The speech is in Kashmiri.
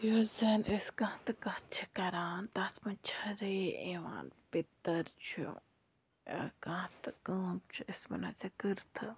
یُس زَن أسۍ کانٛہہ تہِ کَتھ چھِ کَران تَتھ منٛز چھ یِوان پِتٕر چھُ کانٛہہ تہٕ کٲم چھِ أسۍ ون ژے کٔرتھٕ